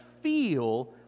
feel